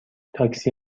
تاکسی